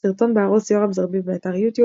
סרטון בערוץ "Yoram Zerbib", באתר יוטיוב